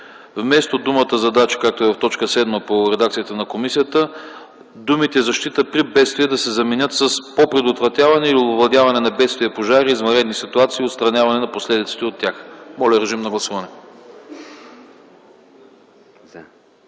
вместо думата „задачи”, както е в т. 7 по редакцията на комисията, думите „за защита при бедствия” да се заменят с „по предотвратяване или овладяване на бедствия, пожари, извънредни ситуации и отстраняване на последиците от тях”. Моля, гласувайте.